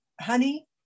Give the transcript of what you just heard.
honey